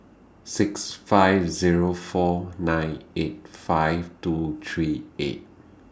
six five Zero four nine eight five two three eight